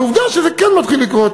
אבל עובדה שזה כן מתחיל לקרות,